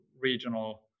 regional